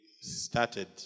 started